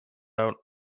out